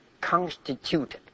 constituted